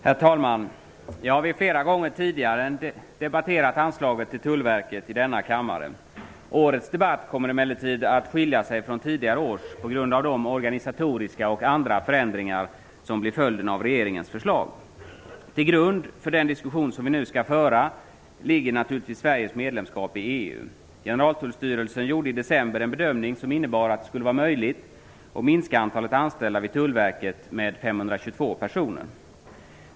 Herr talman! Jag har flera gånger tidigare debatterat anslaget till Tullverket i denna kammare. Årets debatt kommer emellertid att skilja sig från tidigare års debatter på grund av de organisatoriska och andra förändringar som blir följden av regeringens förslag. Till grund för den diskussion som vi nu skall föra ligger naturligtvis Sveriges medlemskap i EU. Generaltullstyrelsen gjorde i december en bedömning som innebar att det skulle vara möjligt att minska antalet anställda vid Tullverket med 522 personer.